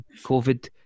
COVID